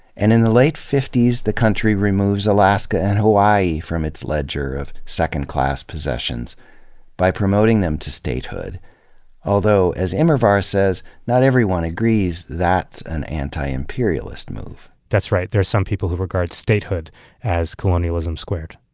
and in the late fifties, the country removes alaska and hawaii from its ledger of second-class possessions by promoting them to statehood although, as immerwahr says, not everyone agrees that's an anti imperialist move. that's right. there are some people who regard statehood as colonialism squared.